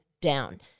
down